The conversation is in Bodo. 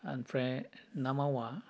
ओमफ्राय ना मावा